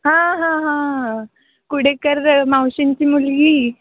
हां हां हां ह कुडेकर मावशींची मुलगी